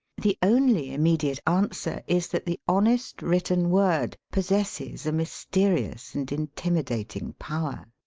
the only immediate answer is that the honest written word possesses a mysteri ous and intimidating power.